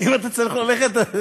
אם אתה צריך ללכת.